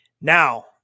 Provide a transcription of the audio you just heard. now